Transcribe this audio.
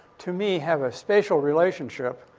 to me, have a special relationship,